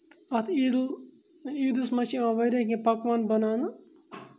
اَتھ عیٖدُل عیٖدَس منٛز چھِ یِوان واریاہ کینٛہہ پَکوان بَناونہٕ